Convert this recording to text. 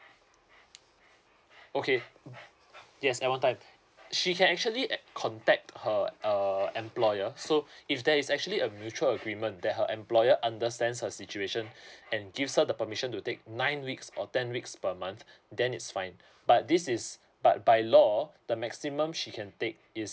okay yes at one time she can actually eh contact her err employer so if there is actually a mutual agreement that her employer understands her situation and gives her the permission to take nine weeks or ten weeks per month then it's fine but this is but by law the maximum she can take is